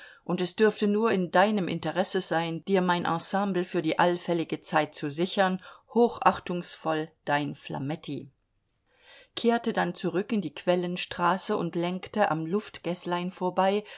und es dürfte nur in deinem interesse sein dir mein ensemble für die allfällige zeit zu sichern hochachtungsvoll dein flametti kehrte dann zurück in die quellenstraße und lenkte am luftgäßlein vorbei